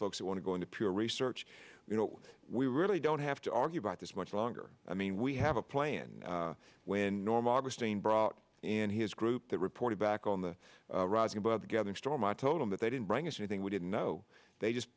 folks who want to go into pure research you know we really don't have to argue about this much longer i mean we have a plan when norm augustine brought in his group that reported back on the rising about the gathering storm i told him that they didn't bring us anything we didn't know they just